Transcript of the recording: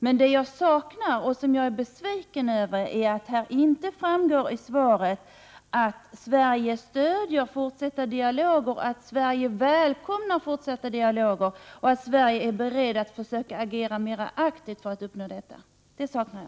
Men det jag saknar och är besviken över är, att det inte framgår i svaret att Sverige stödjer och välkomnar fortsatta dialoger och att Sverige är berett att försöka agera mera aktivt för att uppnå detta.